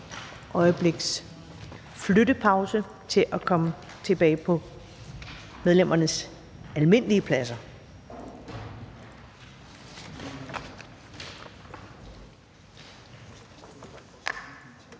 øjebliks flyttepause til at komme tilbage på medlemmernes almindelige pladser.